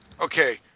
Okay